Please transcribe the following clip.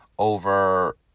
over